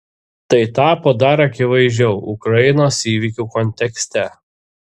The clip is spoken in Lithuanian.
tai tapo dar akivaizdžiau ukrainos įvykių kontekste